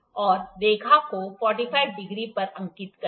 और रेखा को 45 डिग्री पर अंकित करें